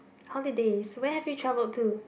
holidays where have you traveled to